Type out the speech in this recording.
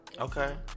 Okay